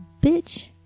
Bitch